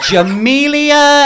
Jamelia